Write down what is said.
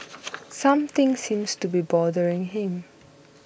something seems to be bothering him